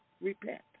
Repent